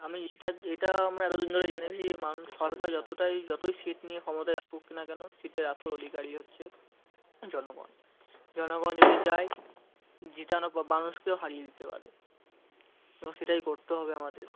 আমি এটা এটা আমরা এতো দিন ধরে জেনেছি যে মানুষ সরকার যতোটাই যতোই সিট নিয়ে ক্ষমতায় আসুক না কেন সিটের আসল অধিকারী হচ্ছে জনগণ জনগণ যদি চায় জেতানোব মানুষকেও হারিয়ে দিতে পারে এবং সেটাই করতে হবে আমাদের